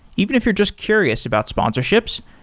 even if you're just curious about sponsorships,